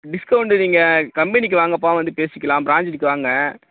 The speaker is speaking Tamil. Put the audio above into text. டிஸ்கவுண்டு நீங்கள் கம்பெனிக்கு வாங்கப்பா வந்து பேசிக்கலாம் பிராஞ்ச்சுக்கு வாங்க